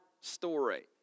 story